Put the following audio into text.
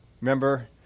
Remember